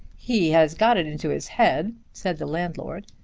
he has got it into his head, said the landlord,